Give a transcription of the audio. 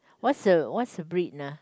what's the what's the breed lah